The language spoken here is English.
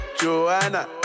Joanna